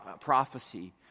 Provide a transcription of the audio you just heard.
prophecy